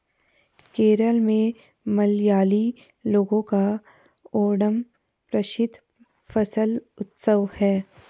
केरल में मलयाली लोगों का ओणम प्रसिद्ध फसल उत्सव है